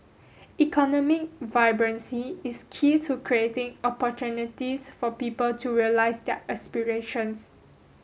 economic vibrancy is key to creating opportunities for people to realise their aspirations